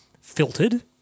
filtered